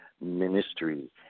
ministry